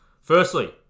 Firstly